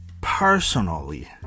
personally